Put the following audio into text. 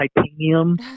titanium